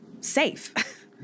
safe